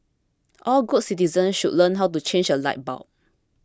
all good citizens should learn how to change a light bulb